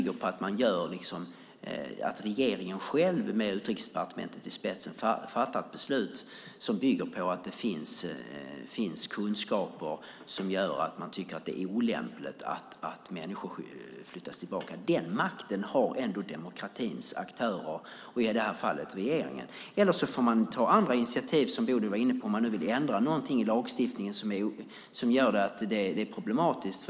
Regeringen själv med Utrikesdepartementet i spetsen fattar ett beslut som bygger på kunskaper som gör att man tycker att det är olämpligt att människor flyttas tillbaka. Den makten har ändå demokratins aktörer och i det här fallet regeringen. Annars får man ta andra initiativ, som Bodil var inne på, om man vill ändra något i lagstiftningen som gör att det är problematiskt.